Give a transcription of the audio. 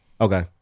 Okay